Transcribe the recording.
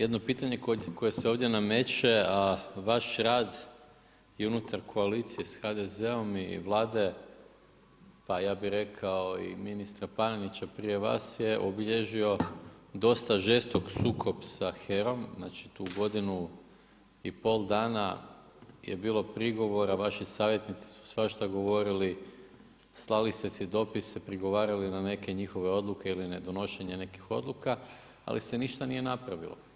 Jedno pitanje koje se ovdje nameće a vaš rad i unutar koalicije sa HDZ-om i Vlade pa ja bih rekao i ministra Panenića prije vas je obilježio dosta žestok sukob sa HERA-om, znači tu godinu i pol dana je bilo prigovora, vaši savjetnici su svašta govorili, slali ste si dopise, prigovarali na neke njihove odluke ili nedonošenja nekih odluka ali se ništa nije napravilo.